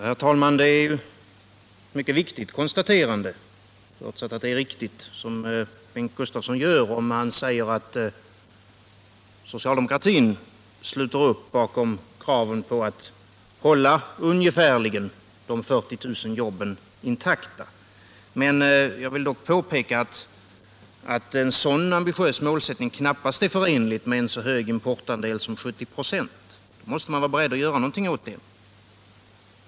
Herr talman! Förutsatt att det är riktigt som Bengt Gustavsson säger är det ett mycket viktigt konstaterande att socialdemokratin sluter upp bakom kraven på att hålla de 40 000 jobben ungefärligen intakta. Jag vill dock påpeka att en sådan ambitiös målsättning knappast är förenlig med en så hög importandel som 70 96. I så fall måste man vara beredd att göra något åt den.